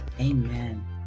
Amen